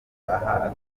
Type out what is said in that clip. aha